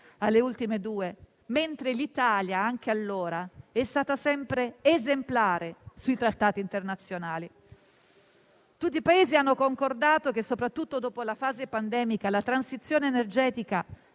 alle ultime due - mentre l'Italia, anche allora, è stata sempre esemplare sui trattati internazionali. Tutti i Paesi hanno concordato che, soprattutto dopo la fase pandemica, la transizione energetica